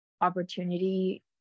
opportunity